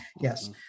yes